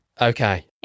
Okay